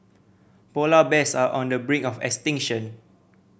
polar bears are on the brink of extinction